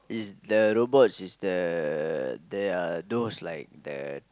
is the robot is the they are those like the